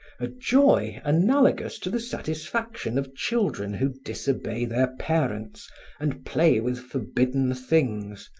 a joy analogous to the satisfaction of children who disobey their parents and play with forbidden things,